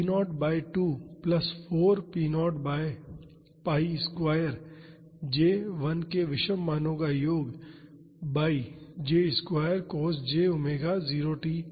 p0 by 2 plus 4 p0 by pi square j 1 के विषम मानों का योग by j square cos j omega 0 t